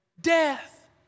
Death